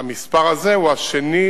המספר הזה הוא השני